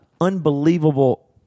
unbelievable